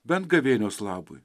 bent gavėnios labui